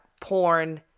porn